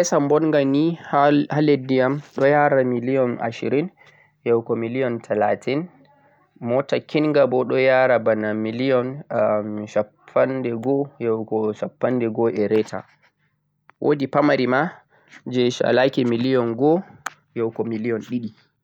mota kessa ɓonga nii ha lesdi am ndo yara million ashirin yahugo million talatin. Mota kinga bo don yara bana million sappo yahugo shappanɗe go e reta